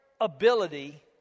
ability